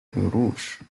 rouge